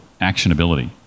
actionability